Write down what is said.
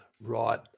Right